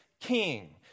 king